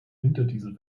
winterdiesel